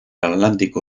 atlántico